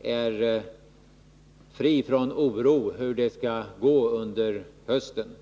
är fri från oro för hur det skall gå under hösten.